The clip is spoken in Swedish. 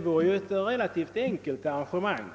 vore ett relativt enkelt arrangemang.